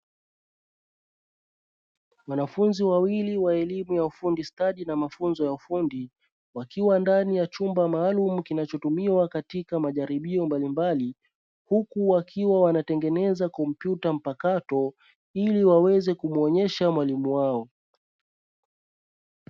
Wanafunzi wawili wa elimu ya ufundi stadi na mafunzo ya ufundi, wakiwa ndani ya chumba maalumu kinachotumiwa katika majaribio mbalimbali, huku wakiwa wanatengeneza kompyuta mpakato ili waweze kumuonesha mwalimu wao.